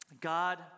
God